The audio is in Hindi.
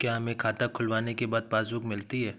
क्या हमें खाता खुलवाने के बाद पासबुक मिलती है?